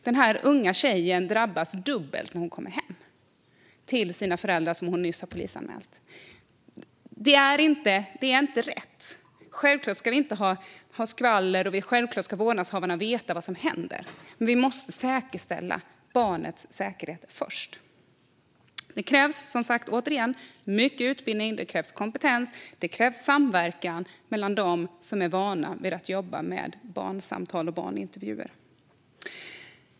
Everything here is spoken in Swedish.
Den unga tjej som nyss polisanmält sina föräldrar drabbas dubbelt när hon kommer hem. Det är inte rätt. Det är självklart att vi inte ska ha skvaller och att vårdnadshavare ska veta vad som händer, men vi måste säkerställa barnets säkerhet först. Återigen: Det krävs mycket utbildning, kompetens och samverkan mellan dem som är vana att jobba med barnsamtal och barnintervjuer.